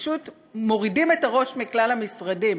פשוט מורידים את הראש מכלל המשרדים.